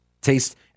Taste